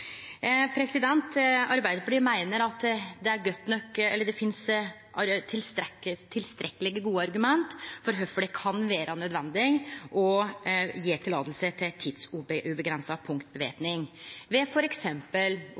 Arbeidarpartiet meiner at det finst tilstrekkeleg gode argument for kvifor det kan vere nødvendig å gje tillating til tidsuavgrensa punktvæpning ved